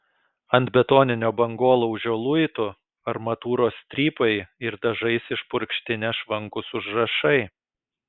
ant betoninio bangolaužio luitų armatūros strypai ir dažais išpurkšti nešvankūs užrašai